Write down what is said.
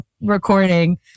recording